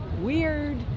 weird